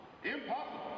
Impossible